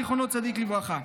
זכר צדיק לברכה.